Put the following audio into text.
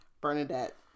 Bernadette